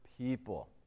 people